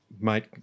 mate